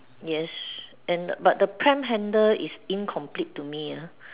yes and but the pram handle is incomplete to me uh